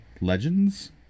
legends